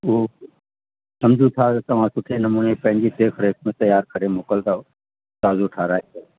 उहो सम्झूं था त तव्हां सुठे नमूने पंहिंजी सेफ़ रैसपी तयार करे मोकिलींदव ताज़ो ठाराए करे